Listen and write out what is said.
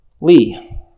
Lee